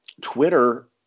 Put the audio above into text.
Twitter